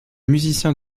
musiciens